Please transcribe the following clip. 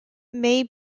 may